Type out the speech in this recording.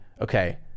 okay